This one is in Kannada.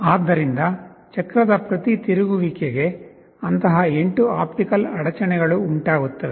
ಆದ್ದರಿಂದ ಚಕ್ರದ ಪ್ರತಿ ತಿರುಗುವಿಕೆಗೆ ಅಂತಹ 8 ಆಪ್ಟಿಕಲ್ ಅಡಚಣೆಗಳು ಉಂಟಾಗುತ್ತವೆ